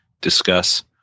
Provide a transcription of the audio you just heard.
discuss